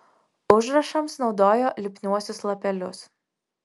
užrašams naudojo lipniuosius lapelius